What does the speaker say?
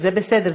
זה בסדר,